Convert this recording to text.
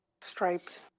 stripes